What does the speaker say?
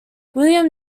william